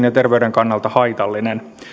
ja terveyden kannalta haitallinen